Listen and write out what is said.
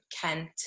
Kent